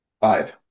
Five